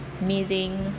meeting